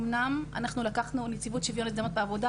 אמנם נציבות שוויון ההזדמנויות בעבודה,